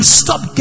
stop